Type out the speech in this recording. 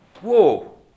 Whoa